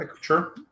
sure